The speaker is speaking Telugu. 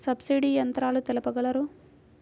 సబ్సిడీ యంత్రాలు తెలుపగలరు?